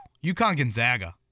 UConn-Gonzaga